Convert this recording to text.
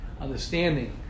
Understanding